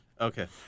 okay